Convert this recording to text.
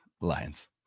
Lions